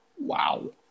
wow